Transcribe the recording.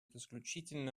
исключительно